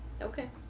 okay